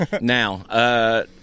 Now